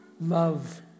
love